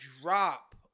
drop